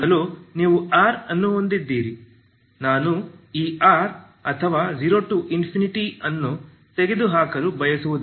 ಮೊದಲು ನೀವು ℝ ಅನ್ನು ಹೊಂದಿದ್ದೀರಿ ನಾನು ಈ ℝ ಅಥವಾ 0 ∞ ಅನ್ನು ತೆಗೆದುಹಾಕಲು ಬಯಸುವುದಿಲ್ಲ